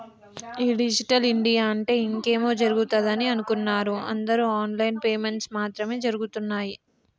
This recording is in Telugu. ఈ డిజిటల్ ఇండియా అంటే ఇంకేమో జరుగుతదని అనుకున్నరు అందరు ఆన్ లైన్ పేమెంట్స్ మాత్రం జరగుతున్నయ్యి